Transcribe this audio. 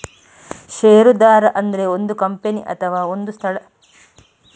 ಷೇರುದಾರ ಅಂದ್ರೆ ಒಂದು ಕಂಪನಿ ಅಥವಾ ಒಂದು ಸಂಸ್ಥೆನಲ್ಲಿ ಷೇರುಗಳನ್ನ ಹೊಂದಿರುವ ವ್ಯಕ್ತಿ